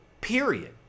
period